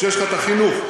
כשיש חינוך,